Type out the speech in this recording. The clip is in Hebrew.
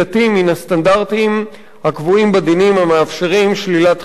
הסטנדרטים הקבועים בדינים המאפשרים שלילת חירות.